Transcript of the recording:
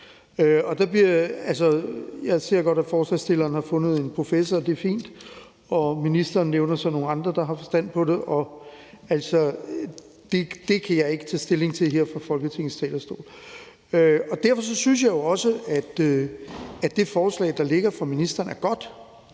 Jeg kan godt se, at forslagsstillerne har fundet en professor, der har arbejdet med det, og det er fint. Ministeren nævner så nogle andre, der har forstand på det. Det kan jeg ikke tage stilling til her fra Folketingets talerstol. Derfor synes jeg jo også, at det forslag, der ligger fra ministeren, er godt,